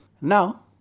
Now